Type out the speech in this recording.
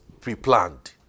pre-planned